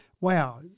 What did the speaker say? wow